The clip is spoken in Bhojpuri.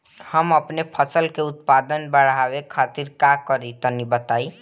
हम अपने फसल के उत्पादन बड़ावे खातिर का करी टनी बताई?